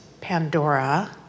Pandora